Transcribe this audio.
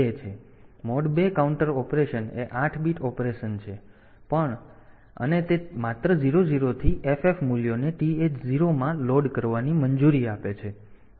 તેથી mod 2 counter operation એ 8 bit operation પણ છે અને તે માત્ર 0 0 થી ff મૂલ્યોને TH 0 માં લોડ કરવાની મંજૂરી આપે છે